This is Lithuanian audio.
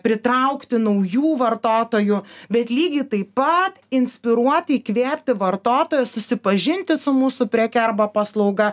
pritraukti naujų vartotojų bet lygiai taip pat inspiruoti įkvėpti vartotojus susipažinti su mūsų preke arba paslauga